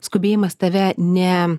skubėjimas tave ne